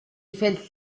felt